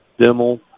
Dimmel